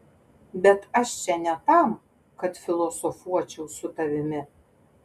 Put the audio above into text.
bet aš čia ne tam kad filosofuočiau su tavimi